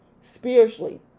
spiritually